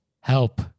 Help